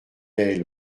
yaël